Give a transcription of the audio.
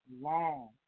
long